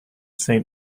saint